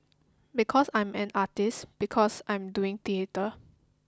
because I'm an artist because I'm doing theatre